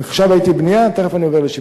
עכשיו הייתי בבנייה, תיכף אני עובר לשיפוצים.